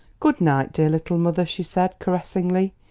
good-night, dear little mother, she said caressingly.